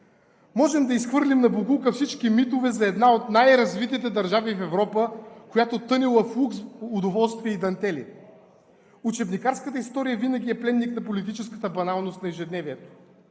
Можем да изхвърлим на боклука всички митове за една от най развитите държави в Европа, която тъне в лукс, удоволствие и дантели. Учебникарската история винаги е пленник на политическата баналност на ежедневието,